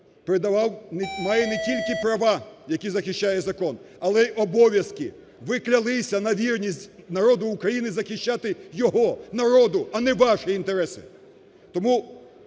передавав… має не тільки права, які захищає закон, але й обов'язки. Ви клялися на вірність народу України захищати його – народу! – а не ваші інтереси. Тому